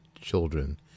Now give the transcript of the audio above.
children